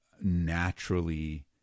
naturally